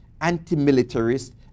anti-militarist